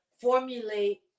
formulate